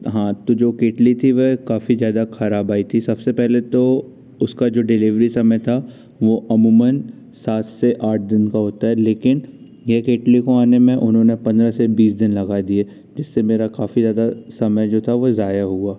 हाँ तो जो केतली थी वह काफ़ी ज़्यादा ख़राब आई थी सबसे पहले तो उसका जो डिलीवरी समय था वह अमूमन सात से आठ दिन का होता है लेकिन यह केतली को आने में उन्होंने पंद्रह से बीस दिन लगा दिए जिससे मेरा काफ़ी ज़्यादा समय जो था वह ज़ाया हुआ